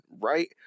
right